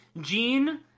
Jean